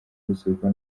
gusurwa